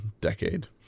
decade